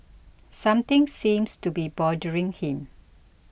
something seems to be bothering him